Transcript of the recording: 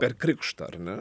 per krikštą ar ne